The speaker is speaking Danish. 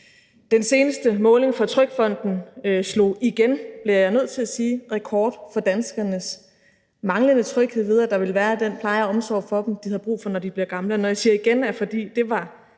Den seneste måling fra TrygFonden slog igen, bliver jeg nødt til at sige, rekord for danskernes manglende tryghed ved, at der vil være den pleje og omsorg for dem, de har brug for, når de bliver gamle. Når jeg siger igen, er det, fordi det var